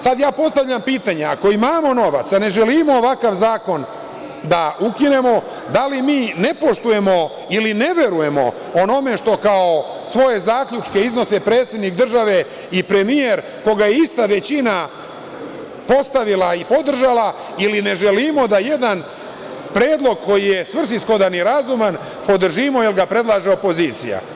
Sad ja postavljam pitanje, ako imamo novac, a ne želimo ovakav zakon da ukinemo, da li mi nepoštujemo ili ne verujemo onome što kao svoje zaključke iznose predsednik države i premijer, koga je ista većina postavila i podržala, ili ne želimo da jedan predlog koji je svrsishodan i razuman podržimo, jer ga predlaže opozicija?